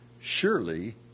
surely